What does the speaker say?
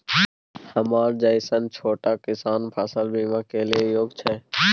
हमरा जैसन छोट किसान फसल बीमा के लिए योग्य छै?